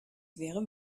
wäre